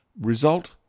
Result